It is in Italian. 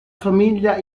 famiglia